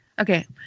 Okay